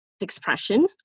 expression